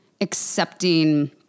accepting